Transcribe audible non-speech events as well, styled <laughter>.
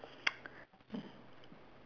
<noise>